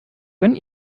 gönn